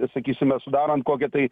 sakysime sudarant kokią tai